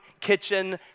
kitchen